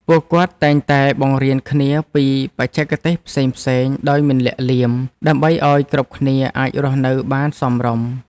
ពួកគាត់តែងតែបង្រៀនគ្នាពីបច្ចេកទេសផ្សេងៗដោយមិនលាក់លៀម ដើម្បីឱ្យគ្រប់គ្នាអាចរស់នៅបានសមរម្យ។